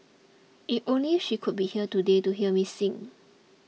if only she could be here today to hear me sing